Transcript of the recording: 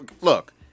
Look